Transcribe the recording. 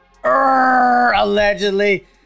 allegedly